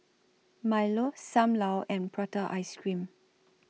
Milo SAM Lau and Prata Ice Cream